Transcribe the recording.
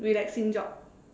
relaxing job